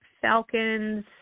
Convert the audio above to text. Falcons